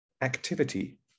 activity